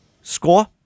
Score